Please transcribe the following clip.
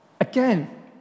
Again